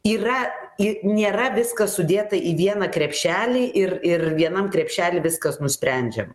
yra i nėra viskas sudėta į vieną krepšelį ir ir vienam krepšely viskas nusprendžiama